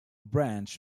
branch